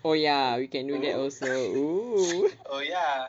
oh ya we can do that also oh